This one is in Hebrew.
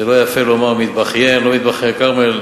זה לא יפה לומר מתבכיין, לא מתבכיין, כרמל.